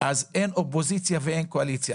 אז אין אופוזיציה ואין קואליציה.